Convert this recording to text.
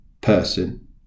person